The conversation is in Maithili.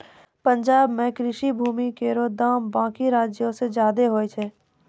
पंजाब म कृषि भूमि केरो दाम बाकी राज्यो सें जादे होय छै